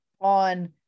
on